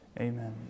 Amen